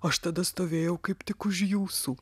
aš tada stovėjau kaip tik už jūsų